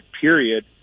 period